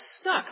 stuck